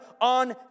on